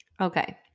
Okay